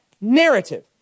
narrative